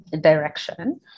direction